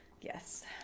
Yes